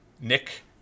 Nick